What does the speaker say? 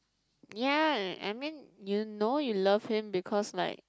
ya I mean you know you love him because like